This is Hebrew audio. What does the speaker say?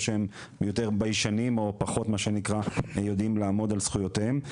או שהם יותר ביישנים או פחות מה שנקרא יודעים לעמוד על זכויותיהם.